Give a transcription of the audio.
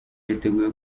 yiteguye